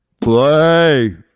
play